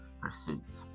pursuits